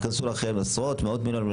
ייכנסו לכם עשרות, מאות מיליונים.